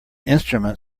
instrument